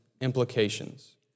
implications